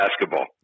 basketball